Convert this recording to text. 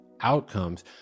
outcomes